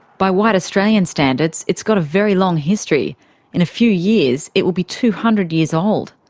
by white australian standards, it's got a very long history in a few years, it will be two hundred years old.